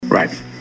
Right